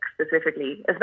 specifically